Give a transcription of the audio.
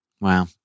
Wow